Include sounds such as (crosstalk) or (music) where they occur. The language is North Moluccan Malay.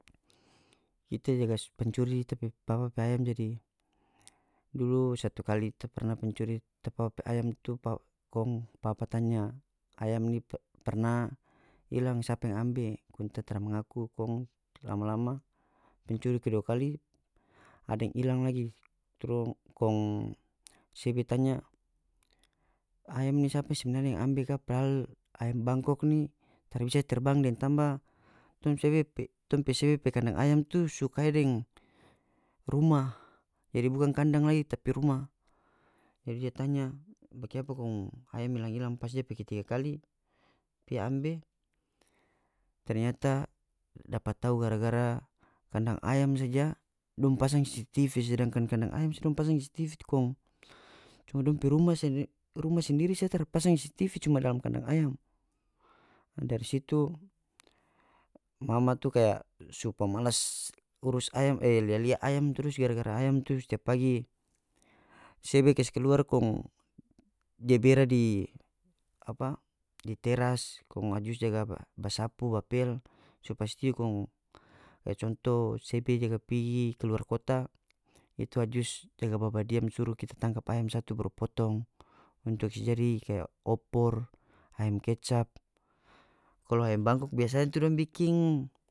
Kita jaga (hesitation) pancuri tape papa pe ayam jadi dulu satu kali ta pernah pancuri ta papa pe ayam tu kong papa tanya nih pernah ilang sapa yang ambe kong ta tara mangaku kong lama-lama pencuri kedua kali ada yang ilang lagi (unintelligible) kong sebe tanya ayam ni sapa sebenarnya yang ambe ka padahal ayam bangkok ni tara bisa terbang deng tamba tong pe sebe pe tong pe sebe pe kandang ayam tu so kaya deng rumah jadi bukan kandang lagi tapi rumah jadi dia tanya bakiapa kong ayam ilang-ilang pas depe ketiga kali pi ambe ternyata dapa tau gara-gara kandang ayam saja dong pasang cctv sedangkan kandang ayam saja dong pasang cctv kong cuma dong pe rumah saja rumah (hesitation) sendiri saja tara pasang cctv cuma dalam kandang ayam dari situ mama tu kaya su pamalas urus ayam e lia-lia ayam trus gara-gara ayam tu setiap pagi sebe kase kaluarg kong dia bere di apa di teras kong ajus jaga ba sapu ba pel su pastiu kong kaya contoh sebe jaga pigi kaluar kota itu ajus jaga babadiam suru kita tangkap ayam satu baru potong untuk kas jadi kaya opor ayam kecap kalo ayam bangkok tu biasanya tu dong biking.